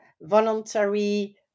voluntary